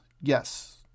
yes